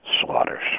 slaughters